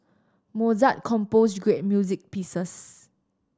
Mozart composed great music pieces